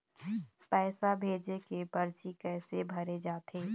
पैसा भेजे के परची कैसे भरे जाथे?